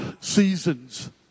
seasons